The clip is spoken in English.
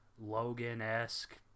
Logan-esque